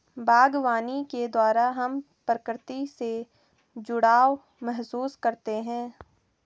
बागवानी के द्वारा हम प्रकृति से जुड़ाव महसूस करते हैं